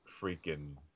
freaking